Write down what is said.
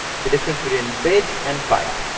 the difference between bit and byte.